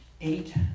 Eight